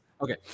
Okay